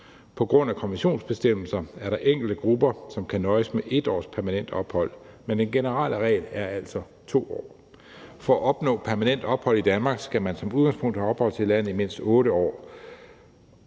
På grund af konventionsbestemmelser er der enkelte grupper, som kan nøjes med 1 års permanent ophold, men den generelle regel er altså 2 år. For at opnå permanent ophold i Danmark skal man som udgangspunkt have opholdt sig i landet i mindst 8 år;